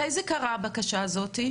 מתי ביקשתם?